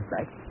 Right